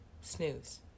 Snooze